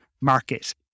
market